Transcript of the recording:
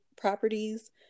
properties